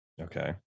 Okay